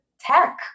tech